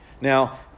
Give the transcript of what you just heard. Now